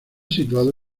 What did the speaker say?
situado